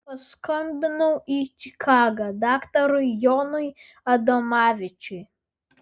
paskambinau į čikagą daktarui jonui adomavičiui